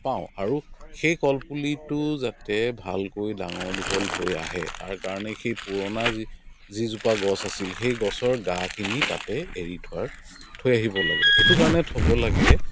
পাওঁ আৰু সেই কলপুলিটো যাতে ভালকৈ ডাঙৰ দীঘল হৈ আহে তাৰ কাৰণে সেই পুৰণা যি যিজোপা গছ আছিল সেই গছৰ গাখিনি তাতে এৰি থোৱাৰ থৈ আহিব লাগে এইটো কাৰণে থ'ব লাগে